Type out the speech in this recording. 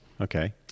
Okay